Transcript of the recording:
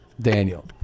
Daniel